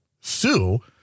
sue